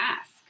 Ask